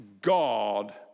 God